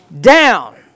Down